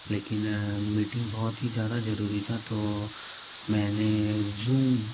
लेकिन मीटिंग बहुत ही ज़्यादा ज़रूरी थी तो मैंने ज़ूम